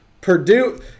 Purdue